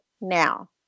now